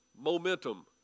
Momentum